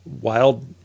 wild